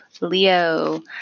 Leo